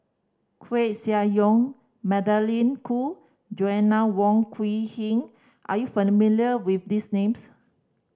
Koeh Sia Yong Magdalene Khoo Joanna Wong Quee Heng are you familiar with these names